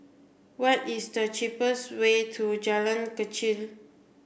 what is the cheapest way to Jalan Kechil